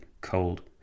cold